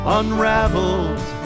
unraveled